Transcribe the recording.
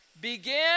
Begin